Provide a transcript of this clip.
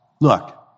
look